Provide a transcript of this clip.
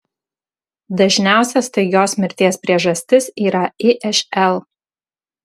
dažniausia staigios mirties priežastis yra išl